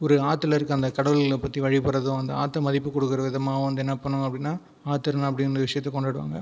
ஒரு ஆற்றுல இருக்க அந்த கடவுள் பற்றி வழிபடுறதுதான் வந்து ஆற்றை மதிப்புக் கொடுக்குற விதமாகவும் வந்து என்ன பண்ணுவாங்க அப்படினா ஆத்திருநாள் அப்படிங்கிற விஷயத்த கொண்டாடுவாங்க